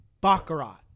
Baccarat